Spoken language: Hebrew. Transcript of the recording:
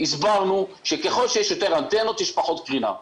הסברנו שככל שיש יותר אנטנות יש פחות קרינה.